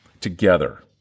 together